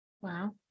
Wow